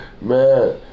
Man